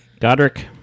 Godric